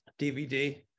DVD